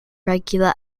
regular